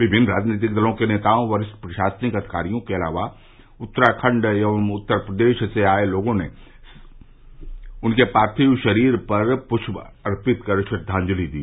विभिन्न राजनीतिक दलों के नेताओं वरिष्ठ प्रशासनिक अधिकारियों के अलावा उत्तराखण्ड एवं उत्तर प्रदेश से आये लोगों ने सर्किट में उनके पार्थिव शरीर पर पृष्प अर्पित कर श्रद्वाजंलि दी